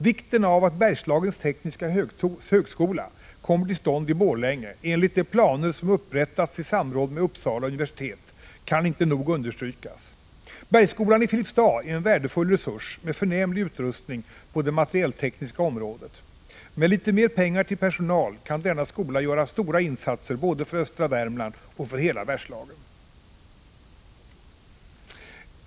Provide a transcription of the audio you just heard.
Vikten av att Bergslagens tekniska högskola kommer till stånd i Borlänge enligt de planer som upprättats i samråd med Uppsala universitet kan inte nog understrykas. Bergskolan i Filipstad är en värdefull resurs, med förnämlig utrustning på det materialtekniska området. Med litet mer pengar till personal kan denna skola göra stora insatser både för östra Värmland och för hela Bergslagen!